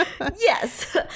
yes